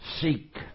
seek